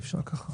בבקשה.